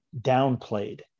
downplayed